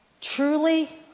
Truly